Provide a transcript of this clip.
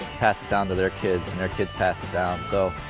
pass it down to their kids and their kids passes down. so.